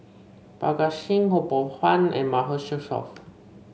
Parga Singh Ho Poh Fun and Mahmood Yusof